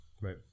Right